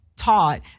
taught